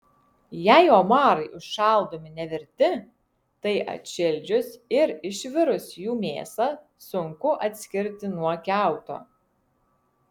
jei omarai užšaldomi nevirti tai atšildžius ir išvirus jų mėsą sunku atskirti nuo kiauto